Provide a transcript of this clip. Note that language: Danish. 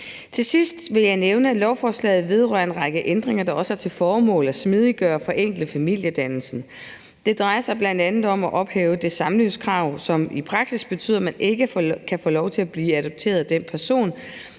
Til sidst vil jeg nævne, at lovforslag vedrører en række ændringer, der også har til formål at smidiggøre og forenkle familiedannelsen. Det drejer sig bl.a. om at ophæve det samlivskrav, som i praksis betyder, at man ikke kan få lov til at blive adopteret af den person,